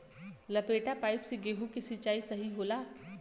लपेटा पाइप से गेहूँ के सिचाई सही होला?